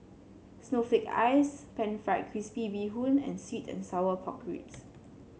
Snowflake Ice pan fried crispy Bee Hoon and sweet and Sour Pork Ribs